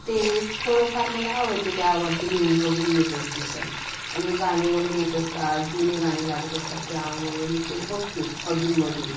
ते थोडंफार मला आवडते त्यावरती न्यूज वगैरे येत असते तर आणि गाणे वगैरे येत असतात जुने गाणे लागत असतात त्यामुळे मी ते बघते अधूनमधून